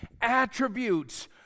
attributes